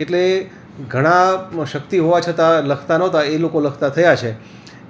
એટલે ઘણા શક્તિ હોવા છતાં લખતા નહોતા એ લોકો લખતા થયા છે